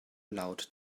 laut